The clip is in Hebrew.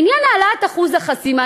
לעניין העלאת אחוז החסימה,